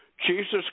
Jesus